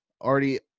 already